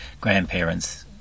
grandparents